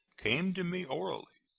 came to me orally,